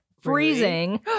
freezing